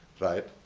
right?